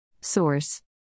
Source